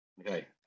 Okay